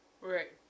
Right